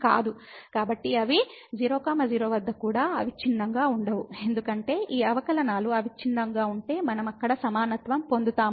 కాబట్టి అవి 00 వద్ద కూడా అవిచ్ఛిన్నంగా ఉండవు ఎందుకంటే ఈ అవకలనాలు అవిచ్ఛిన్నంగా ఉంటే మనం అక్కడ సమానత్వం పొందుతాము